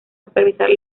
supervisar